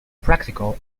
practical